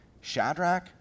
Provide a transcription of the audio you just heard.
Shadrach